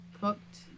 cooked